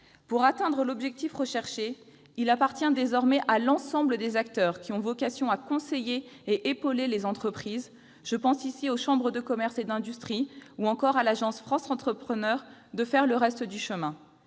Pour atteindre pleinement cet objectif, il appartient désormais à l'ensemble des acteurs qui ont vocation à conseiller et épauler les entreprises- je pense aux chambres de commerce et d'industrie, ou encore à l'agence France Entrepreneur -de faire le reste du chemin.